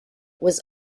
was